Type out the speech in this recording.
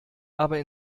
aber